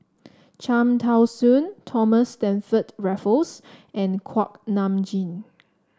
Cham Tao Soon Thomas Stamford Raffles and Kuak Nam Jin